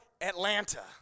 Atlanta